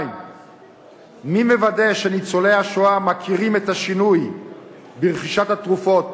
מי מוודא שניצולי השואה מכירים את השינוי ברכישת התרופות